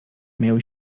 meu